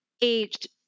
aged